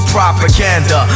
Propaganda